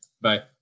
Bye